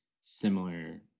similar